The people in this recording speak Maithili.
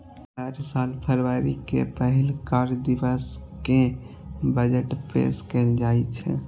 हर साल फरवरी के पहिल कार्य दिवस कें बजट पेश कैल जाइ छै